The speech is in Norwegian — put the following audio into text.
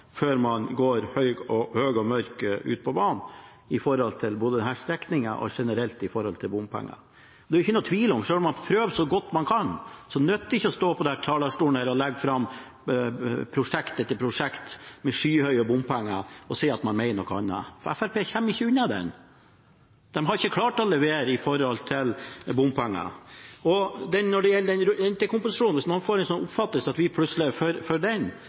før man går høy og mørk ut på banen når det gjelder både denne strekningen og bompenger. Det er ikke noen tvil om at selv om man prøver så godt man kan, så nytter det ikke å stå på denne talerstolen og legge fram prosjekt etter prosjekt med skyhøye bompenger og si at man mener noe annet. Fremskrittspartiet kommer ikke unna den. De har ikke klart å levere i forhold til bompenger. Når det gjelder rentekompensasjon, hvis man får en oppfatning av at vi plutselig er for den,